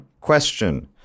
question